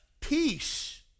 peace